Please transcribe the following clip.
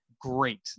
great